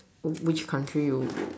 oh which country you